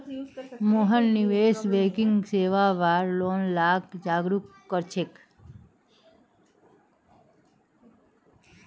मोहन निवेश बैंकिंग सेवार बार लोग लाक जागरूक कर छेक